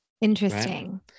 Interesting